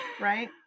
right